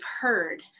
heard